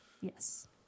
Yes